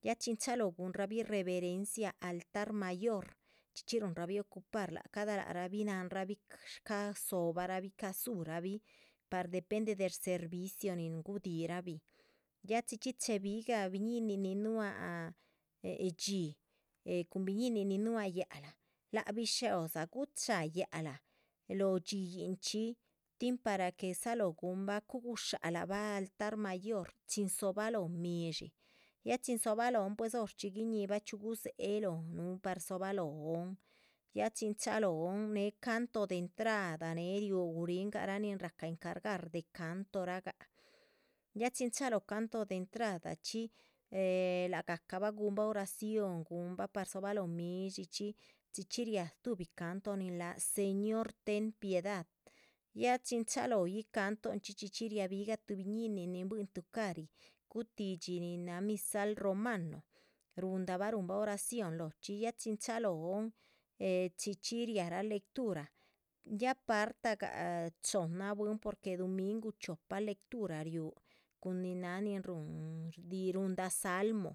Ya chin chalohó guhunrabih reverancia altar mayor, chxí chxí ruhunrabih ocupar lác cada lac rabih, ca´ dzóhobarabih ca´. dzúhurabhih par depende de servicio nin guhudirahbih chxí chxí chéhe bigah biñínin nin núah eh dxí eh cun biñínin nin núa yáac´lah. lac bisho´dza gucha´ha yáac´lah lóho dxíyihnchxi tin para que dzalóho guhunbah cuhu gushálabah altar mayor chin dzohóbaloh midshí. ya chin dzohóbalohon pues horchxí guinihbah chxíuh gudzéhe lóhnuh par dzóbalohon ya chin chalóhon néh canto de entrada néhe riú guríhgah rah nin rahca encargar. de cantoragah ya chin chalóho canto de entradachxí eh lac gahcabah guhunbah oración guhunbah par dzobalóho midshíchxi chxí chxí riáh stuhbi canto nin láha. señor ten piedad, ya chin chalóhoyih cantonchxí chxí chxí riá bihga tuhbi biñinin nin buihin tucari gutidxí nin náha misal romano, ruhundabah ruhunbah oración. lóhochxí ya chin chalóhon eh chxí chxí riáhara lectura ya partagah chohnna bwín porque duminguh chiopa lectura riúh cun nin náha ni rúhun cun nin shdíhi. nin ruhuldah salmo